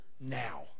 now